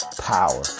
power